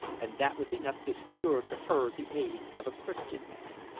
and that was enough to secure to her the aid of a christian man.